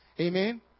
Amen